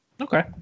Okay